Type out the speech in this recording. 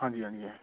ਹਾਂਜੀ ਹਾਂਜੀ ਹੈ